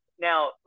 Now